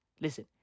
listen